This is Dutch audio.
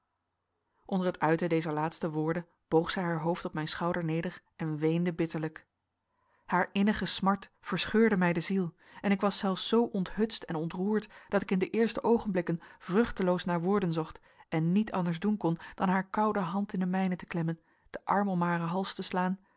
onder het uiten dezer laatste woorden boog zij haar hoofd op mijn schouder neder en weende bitterlijk haar innige smart verscheurde mij de ziel en ik was zelfs zoo onthutst en ontroerd dat ik in de eerste oogenblikken vruchteloos naar woorden zocht en niet anders doen kon dan haar koude hand in de mijne te klemmen den arm om haren hals te slaan